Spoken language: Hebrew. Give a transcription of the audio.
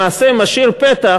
למעשה משאיר פתח